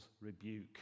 rebuke